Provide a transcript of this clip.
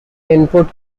input